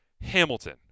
Hamilton